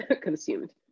consumed